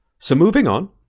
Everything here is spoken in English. so moving on,